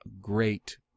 great